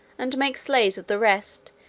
and make slaves of the rest,